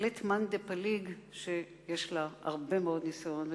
ולית מאן דפליג שיש לה הרבה מאוד ניסיון,